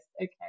Okay